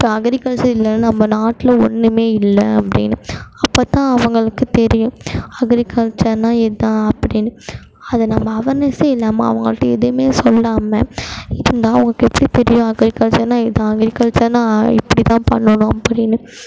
இப்போது அக்ரிகல்ச்சர் இல்லைனா நம்ம நாட்டில் ஒன்றுமே இல்லை அப்படினு அப்போதான் அவங்களுக்கு தெரியும் அக்ரிகல்ச்சருனா இதான் அப்படின்னு அதை நம்ம அவர்னஸ்ஸே இல்லாமல் அவங்கள்கிட்டயும் எதுவுமே சொல்லாமல் இருந்தால் அவங்களுக்கு எப்படி புரியும் அக்ரிகல்ச்சருனா இதுதான் அக்ரிகல்ச்சருனா இப்பிடித்தான் பண்ணணும் அப்படினு